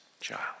child